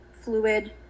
fluid